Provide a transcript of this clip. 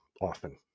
often